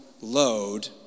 load